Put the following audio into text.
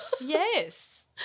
yes